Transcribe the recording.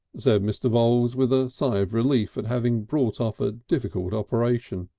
said mr. voules with a sigh of relief at having brought off a difficult operation.